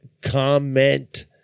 comment